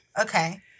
okay